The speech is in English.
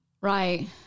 Right